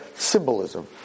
Symbolism